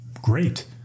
Great